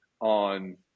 on